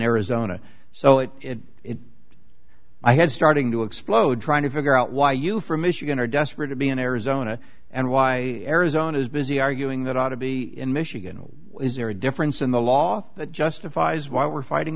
arizona so it it i had starting to explode trying to figure out why you from michigan are desperate to be in arizona and why arizona is busy arguing that ought to be in michigan or is there a difference in the law that justifies why we're fighting